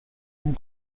اون